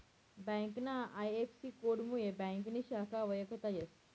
ब्यांकना आय.एफ.सी.कोडमुये ब्यांकनी शाखा वयखता येस